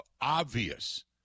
obvious